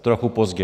Trochu pozdě.